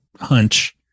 hunch